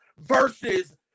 versus